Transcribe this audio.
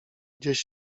gdzieś